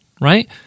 right